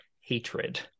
hatred